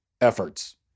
efforts